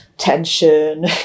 tension